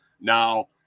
Now